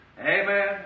Amen